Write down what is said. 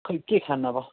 खै के खानु अब